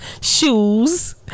shoes